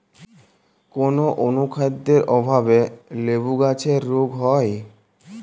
কোন অনুখাদ্যের অভাবে লেবু গাছের রোগ হয়?